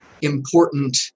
Important